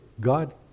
God